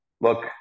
look